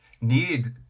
need